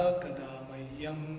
kadamayam